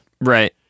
right